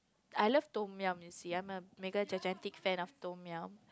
I love Tom-yum you see I am a mega gigantic fans of Tom-yum